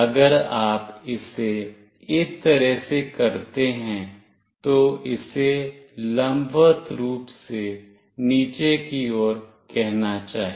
अगर आप इसे इस तरह से करते हैं तो इसे लंबवत रूप से नीचे की ओर कहना चाहिए